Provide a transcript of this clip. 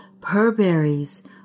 purberries